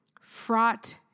fraught